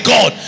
God